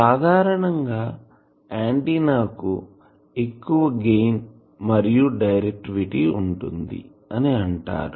సాధారణంగా ఆంటిన్నాకు ఎక్కువ గెయిన్ మరియు డైరెక్టివిటీ ఉంటుంది అని అంటారు